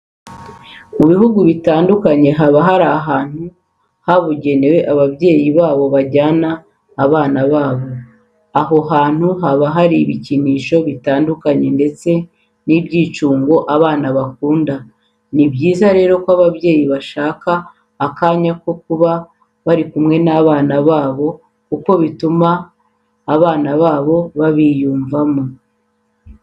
Mu bihugu bitandukanye haba hari ahantu habugenewe ababyeyi bajana abana babo. Aho hantu haba hari ibikinisho bitandukanye ndetse n'ibyicundo abana bakunda. Ni byiza rero ko ababyeyi bashaka akanya ko kuba bari kumwe n'abna babo kuko bituma aba bana babiyumvamo.